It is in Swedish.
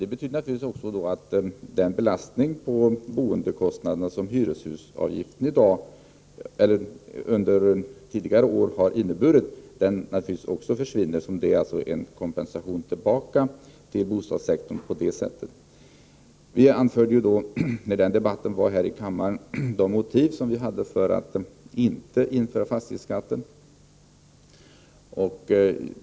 Å andra sidan innebär avskaffandet av hyreshusavgiften, som under tidigare år utgjort en belastning på boendekostnaden, en kompensation tillbaka till bosfådssektorn. Vi redovisade när vi hade debatten här i kammaren våra motiv för att inte vilja införa fastighetsskatten.